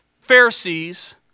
Pharisees